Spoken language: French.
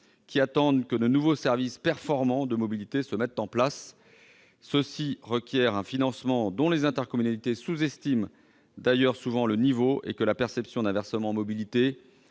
qui attendent que de nouveaux services performants de mobilité se mettent en place. Cela requiert un financement, dont les intercommunalités sous-estiment d'ailleurs souvent le niveau, et que la perception d'un versement mobilité